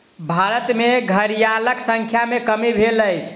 भारत में घड़ियालक संख्या में कमी भेल अछि